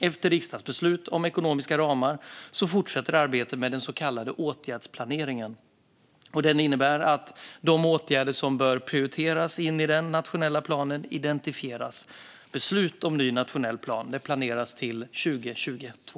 Efter riksdagsbeslut om ekonomiska ramar fortsätter arbetet med den så kallade åtgärdsplaneringen. Den innebär att de åtgärder som bör prioriteras i den nationella planen identifieras. Beslut om ny nationell plan planeras till 2022.